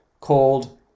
called